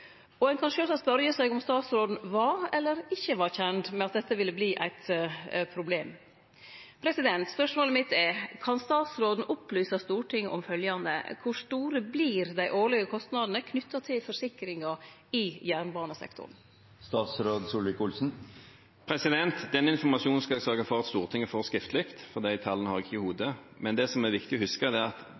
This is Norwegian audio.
Ein kan sjølvsagt spørje seg om statsråden var eller ikkje var kjend med at dette ville verte eit problem. Spørsmålet mitt er: Kan statsråden opplyse Stortinget om følgjande: Kor store vert dei årlege kostnadene knytte til forsikringar i jernbanesektoren? Den informasjonen skal jeg sørge for at Stortinget får skriftlig, for de tallene har jeg ikke i hodet. Men det som er viktig å huske, er at det ikke har vært gratis å forsikre seg selv om en er